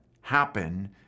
happen